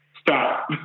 stop